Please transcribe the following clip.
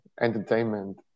entertainment